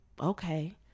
okay